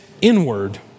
inward